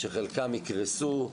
שחלקם יקרסו.